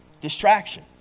distraction